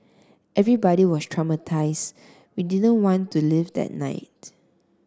everybody was traumatise we didn't want to leave that night